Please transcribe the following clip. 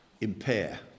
impair